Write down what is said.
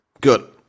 Good